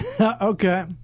Okay